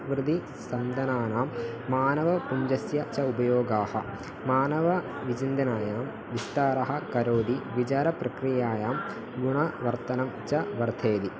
वृद्धिसन्तानानां मानवपुञ्जस्य च उपयोगाः मानव विचिन्तनायां विस्तारः करोति विचारप्रक्रियायां गुणवर्धनं च वर्धयति